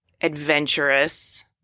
adventurous